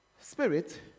Spirit